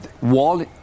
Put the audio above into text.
wall